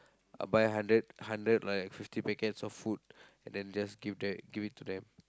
buy hundred hundred like fifty packets of food and then just give that give it to them